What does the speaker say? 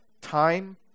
time